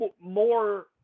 more